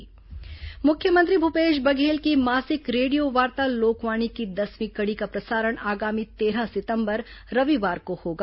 लोकवाणी मुख्यमंत्री भूपेश बघेल की मासिक रेडियोवार्ता लोकवाणी की दसवीं कड़ी का प्रसारण आगामी तेरह सितंबर रविवार को होगा